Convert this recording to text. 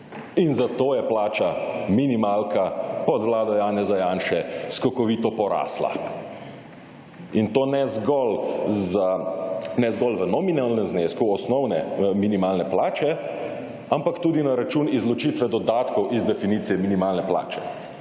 in zato je plača, minimalka pod vlado Janeza Janše skokovito porasla. In to ne zgolj v nominalnem znesku osnovne minimalne plače ampak tudi na račun izločitve dodatkov iz definicije minimalne plače.